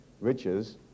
riches